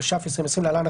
התש"ף 2020‏ (להלן,